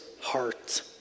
heart